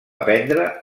prendre